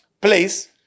place